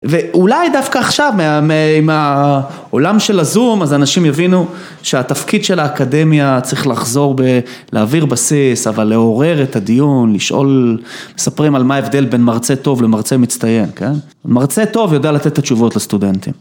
ואולי דווקא עכשיו, עם העולם של הזום, אז אנשים יבינו שהתפקיד של האקדמיה צריך לחזור, להעביר בסיס, אבל לעורר את הדיון, לשאול, מספרים על מה ההבדל בין מרצה טוב למרצה מצטיין, כן? מרצה טוב יודע לתת את התשובות לסטודנטים.